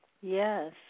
Yes